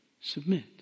submit